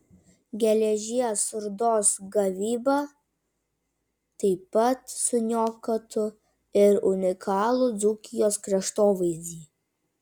geležies rūdos gavyba taip pat suniokotų ir unikalų dzūkijos kraštovaizdį